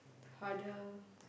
harder